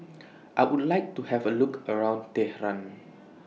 I Would like to Have A Look around Tehran